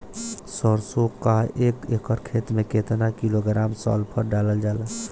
सरसों क एक एकड़ खेते में केतना किलोग्राम सल्फर डालल जाला?